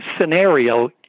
scenario